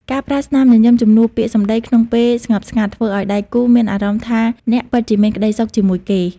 ការប្រើស្នាមញញឹមជំនួសពាក្យសម្ដីក្នុងពេលស្ងប់ស្ងាត់ ធ្វើឱ្យដៃគូមានអារម្មណ៍ថាអ្នកពិតជាមានក្ដីសុខជាមួយគេ។